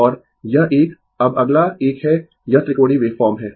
और यह एक अब अगला एक है यह त्रिकोणीय वेवफॉर्म है